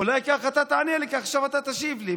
אולי כך אתה תענה לי, כי עכשיו אתה תשיב לי.